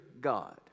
God